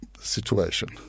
situation